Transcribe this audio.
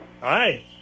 Hi